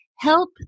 help